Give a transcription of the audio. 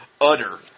utter